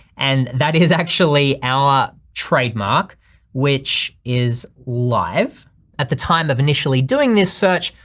and that is actually our trademark which is live at the time of initially doing this search,